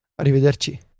Arrivederci